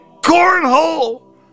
cornhole